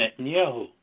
Netanyahu